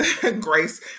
grace